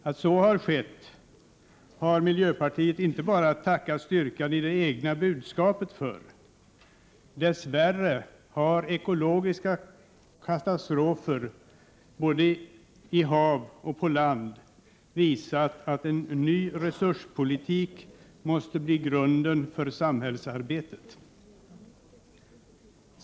Att så har skett har miljöpartiet inte enbart att tacka styrkan i det egna budskapet för. Dess värre har ekologiska katastrofer både i hav och på land visat att en ny resurspolitik måste bli grunden för samhällsarbetet.